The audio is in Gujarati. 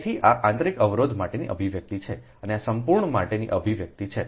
તેથી આ આંતરિક અવરોધ માટેનું અભિવ્યક્તિ છે અને આ સંપૂર્ણ માટેનો અભિવ્યક્તિ છે